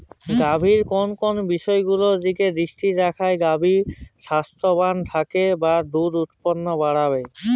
গাভীর কোন কোন বিষয়গুলোর দিকে দৃষ্টি রাখলে গাভী স্বাস্থ্যবান থাকবে বা দুধ উৎপাদন বাড়বে?